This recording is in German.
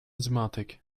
semantik